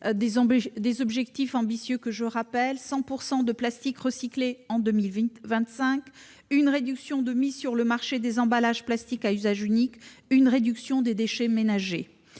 les objectifs ambitieux que nous avons fixés : 100 % de plastique recyclé en 2025, diminution de la mise sur le marché des emballages plastiques à usage unique et réduction des déchets ménagers.